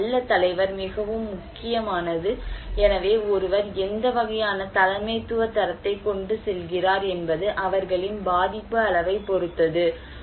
ஒரு நல்ல தலைவர் மிகவும் முக்கியமானது எனவே ஒருவர் எந்த வகையான தலைமைத்துவ தரத்தை கொண்டு செல்கிறார் என்பது அவர்களின் பாதிப்பு அளவைப் பொறுத்தது